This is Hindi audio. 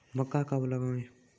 मक्का कब लगाएँ?